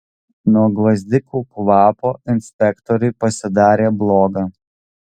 nuo gvazdikų kvapo inspektoriui pasidarė bloga